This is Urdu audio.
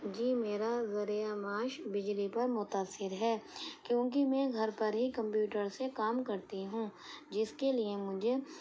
جی میرا ذریعہ معاش بجلی پر منحصر ہے کیوںکہ میں گھر پر ہی کمپیوٹر سے کام کرتی ہوں جس کے لیے مجھے